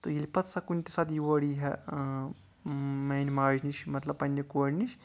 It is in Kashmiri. تہٕ ییٚلہِ پَتہٕ سا کُنہِ تہِ ساتہٕ یور یی ہا آ میانہِ ماجہِ نِش مطلب پنٕنہِ کورِ نِش